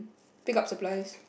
pick up supplies